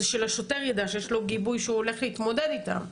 זה שלשוטר ידע שיש לו גיבוי כשהוא הולך להתמודד איתם.